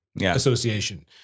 association